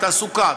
תעסוקה,